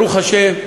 ברוך השם,